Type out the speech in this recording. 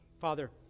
Father